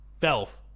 Valve